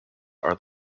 are